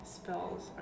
Spells